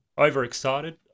overexcited